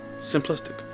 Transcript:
simplistic